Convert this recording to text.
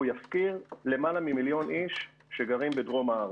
הוא יפקיר למעלה ממיליון איש שגרים בדרום הארץ,